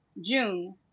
June